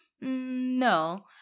no